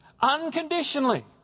Unconditionally